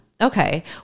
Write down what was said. Okay